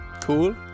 Cool